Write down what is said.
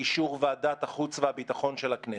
באישור וועדת החוץ והביטחון של הכנסת".